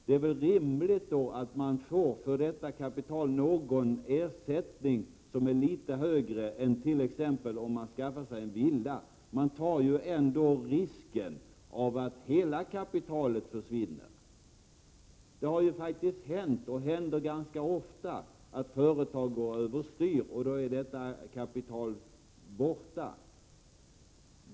Det är väl då rimligt att man för detta kapital får en ersättning som är litet större än den man får om man t.ex. skaffar sig en villa. Man tar ändå risker. Hela kapitalet kan ju försvinna. Det har faktiskt hänt, och det händer också ganska ofta, att företag går över styr. Då är ett sådant här kapital förlorat.